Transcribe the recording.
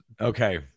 Okay